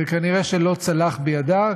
וכנראה שלא צלח בידה,